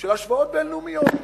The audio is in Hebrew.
של השוואות בין-לאומיות.